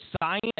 science